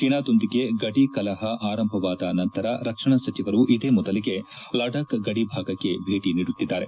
ಚೀನಾದೊಂದಿಗೆ ಗಡಿ ಕಲಪ ಆರಂಭವಾದ ನಂತರ ರಕ್ಷಣಾ ಸಚಿವರು ಇದೇ ಮೊದಲಿಗೆ ಲಡಖ್ ಗಡಿ ಭಾಗಕ್ಕೆ ಭೇಟ ನೀಡುತ್ತಿದ್ದಾರೆ